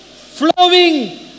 flowing